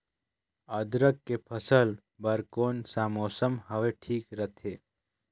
अदरक के फसल बार कोन सा मौसम हवे ठीक रथे?